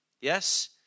Yes